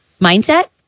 mindset